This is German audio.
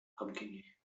abgängig